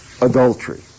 adultery